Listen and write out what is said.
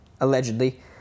allegedly